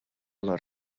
les